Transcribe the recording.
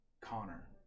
Connor